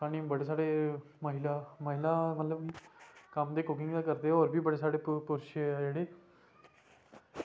स्हानू ड़े सारे महिला मतलब महिला कम्म करदे होर बी बड़े सारे केह् आखदे जेह्ड़े